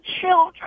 children